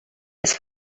des